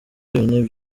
byonyine